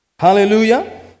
Hallelujah